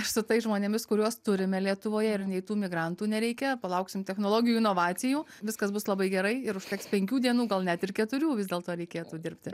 su tais žmonėmis kuriuos turime lietuvoje ir nei tų migrantų nereikia palauksim technologijų inovacijų viskas bus labai gerai ir užteks penkių dienų gal net ir keturių vis dėlto reikėtų dirbti